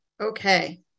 Okay